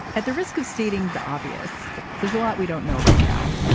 at the risk of stating the obvious there's a lot we don't know right now.